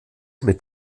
mit